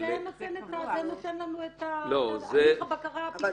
זה נותן לנו את הליך הבקרה הפיקודי.